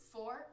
Four